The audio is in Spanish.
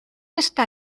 está